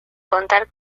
contar